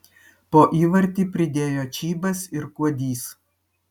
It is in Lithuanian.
po įvartį pridėjo čybas ir kuodys